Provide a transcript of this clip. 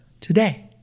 today